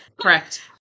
correct